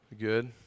Good